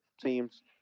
teams